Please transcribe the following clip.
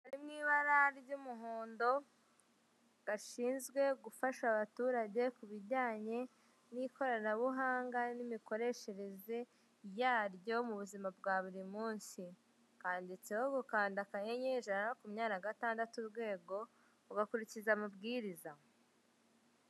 Inzu iri mu ibara ry'umuhondo bashinzwe gufasha abaturage ku bijyanye n'ikoranabuhanga n'imikoreshereze yaryo mu buzima bwa buri munsi, handitseho ngo kanda akanyenyeri ijana na makumbabiri na gatandatu urwego ugakurikiza amabwiriza.